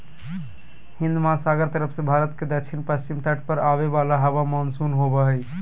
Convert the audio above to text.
हिन्दमहासागर तरफ से भारत के दक्षिण पश्चिम तट पर आवे वाला हवा मानसून होबा हइ